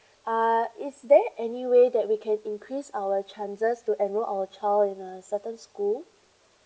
uh is there any way that we can increase our chances to enroll our child in a certain school